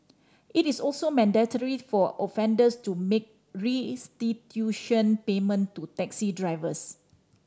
it is also mandatory for offenders to make restitution payment to taxi drivers